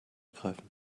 greifen